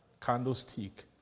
candlestick